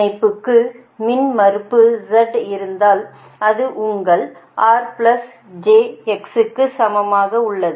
இணைப்புக்கு மின்மறுப்பு z இருந்தால் அது உங்கள் rjx க்கு சமமாக உள்ளது